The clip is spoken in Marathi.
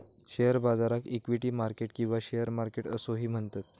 शेअर बाजाराक इक्विटी मार्केट किंवा शेअर मार्केट असोही म्हणतत